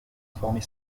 informer